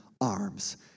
arms